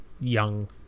young